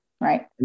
Right